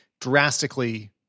drastically